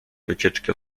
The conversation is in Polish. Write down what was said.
wycieczki